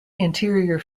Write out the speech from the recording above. interior